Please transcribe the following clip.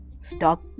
stop